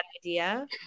idea